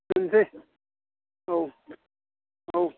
दोनसै औ औ